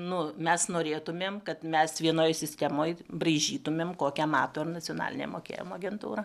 nu mes norėtumėm kad mes vienoj sistemoj braižytumėm kokią mato ir nacionalinė mokėjimo agentūra